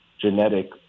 genetic